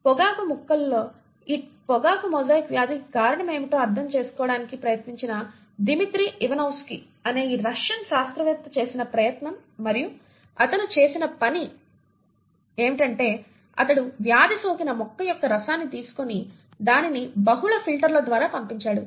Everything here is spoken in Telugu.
పొగాకు మొక్కలలో ఈ పొగాకు మొజాయిక్ వ్యాధికి కారణమేమిటో అర్థం చేసుకోవడానికి ప్రయత్నించిన డిమిత్రి ఇవనోవ్స్కీ అనే ఈ రష్యన్ శాస్త్రవేత్త చేసిన ప్రయత్నం మరియు అతను చేసిన పని ఏమిటంటే అతను వ్యాధి సోకిన మొక్క యొక్క రసాన్ని తీసుకొని దానిని బహుళ ఫిల్టర్ల ద్వారా పంపించాడు